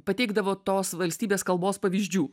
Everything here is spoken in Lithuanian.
pateikdavo tos valstybės kalbos pavyzdžių